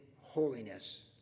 holiness